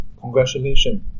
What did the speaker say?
congratulations